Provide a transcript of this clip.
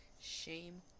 Shame